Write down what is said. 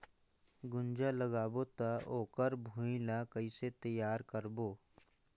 गुनजा लगाबो ता ओकर भुईं ला कइसे तियार करबो?